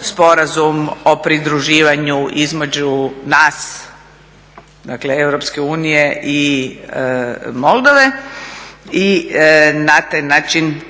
Sporazum o pridruživanju između nas, dakle EU i Moldove, i na taj način